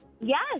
Yes